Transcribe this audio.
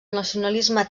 nacionalisme